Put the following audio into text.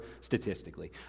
statistically